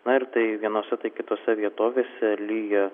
na ir tai vienose tai kitose vietovėse lyja